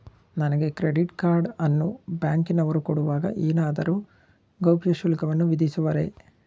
ನನಗೆ credit card ಅನ್ನು ಬ್ಯಾಂಕಿನವರು ಕೊಡುವಾಗ ಏನಾದರೂ ಗೌಪ್ಯ ಶುಲ್ಕವನ್ನು ವಿಧಿಸುವರೇ?